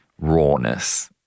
rawness